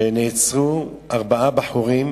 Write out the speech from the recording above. שנעצרו ארבעה בחורים